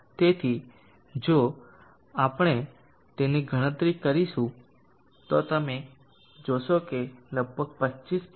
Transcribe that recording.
તેથી જો આપણે આની ગણતરી કરીશું તો તમે જોશો કે તે લગભગ 25